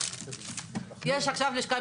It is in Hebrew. אני אמרתי לך תודה.